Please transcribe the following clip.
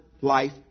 life